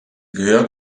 gehört